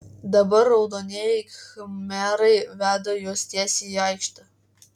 dabar raudonieji khmerai veda juos tiesiai į aikštę